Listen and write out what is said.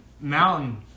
mountain